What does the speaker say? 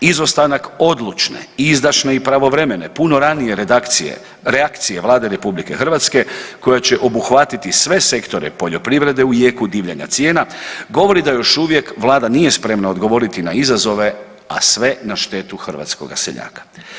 Izostanak odlučne, izdašne i pravovremene puno ranije redakcije, reakcije Vlade RH koje će obuhvatiti sve sektore poljoprivrede u jeku divljanja cijena govori da još uvijek vlada nije spremna odgovoriti na izazove, a sve na štetu hrvatskoga seljaka.